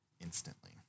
instantly